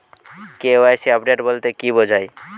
KYC update বলতে কি বোঝায়?